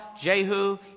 Jehu